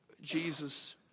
Jesus